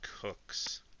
Cooks